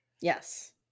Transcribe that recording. yes